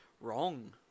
Wrong